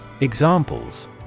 Examples